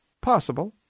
possible